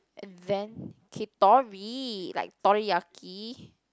and then Kitori like Toriyaki